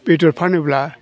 बेदर फानोब्ला